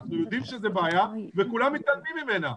אנחנו יודעים שזו בעיה וכולם מתעלמים ממנה.